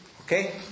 Okay